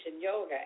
yoga